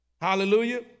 Hallelujah